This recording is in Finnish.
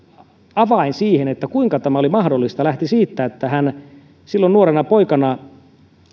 avain siihen kuinka tämä oli mahdollista lähti siitä että hän silloin nuorena poikana